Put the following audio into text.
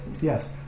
Yes